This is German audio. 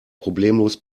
problemlos